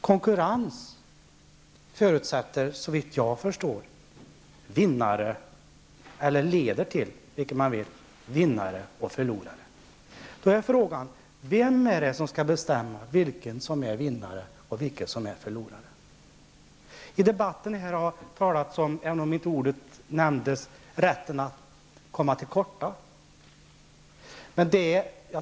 Såvitt jag förstår förutsätter konkurrensen eller leder till, vilket man vill, vinnare och förlorare. Vem skall bestämma vem som är vinnare och förlorare? I debatten har det talats om, även om inte ordet har nämnts, rätten att komma till korta.